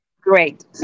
Great